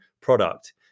product